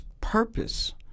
purpose